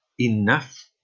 enough